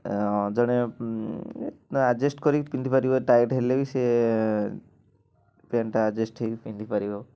ହଁ ଜଣେ ଆଡ଼ଜଷ୍ଟ କରିକି ପିନ୍ଧିପାରିବ ଟାଇଟ୍ ହେଲେ ବି ସେ ପ୍ୟାଣ୍ଟଟା ଆଡ଼ଜଷ୍ଟ ହେଇକି ପିନ୍ଧିପାରିବ